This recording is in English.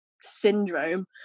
syndrome